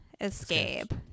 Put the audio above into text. escape